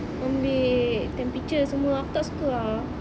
ambil temperature semua aku tak suka ah